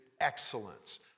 excellence